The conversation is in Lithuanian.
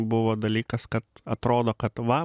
buvo dalykas kad atrodo kad va